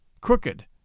crooked